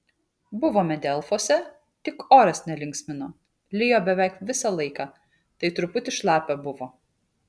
buvome delfuose tik oras nelinksmino lijo beveik visą laiką tai truputį šlapia buvo